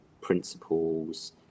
principles